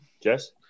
Jess